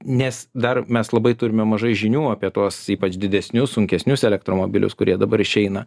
nes dar mes labai turime mažai žinių apie tuos ypač didesnius sunkesnius elektromobilius kurie dabar išeina